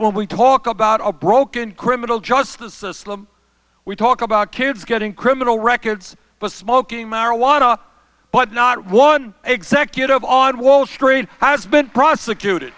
when we talk about a broken criminal justice system we talk about kids getting criminal records for smoking marijuana but not one executive on wall street has been prosecuted